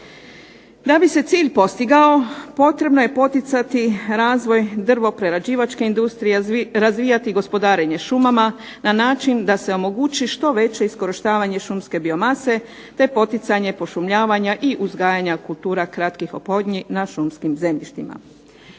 Da bi se cilj postigao potrebno je poticati razvoj drvo-prerađivačke industrije, razvijati gospodarenje šumama na način da se omogući što veće iskorištavanje šumske biomase te poticanje pošumljavanja i uzgajanja kultura kratkih oplodnji na šumskim zemljištima.